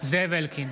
זאב אלקין,